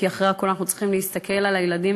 כי אחרי הכול אנחנו צריכים להסתכל על הילדים